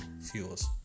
fuels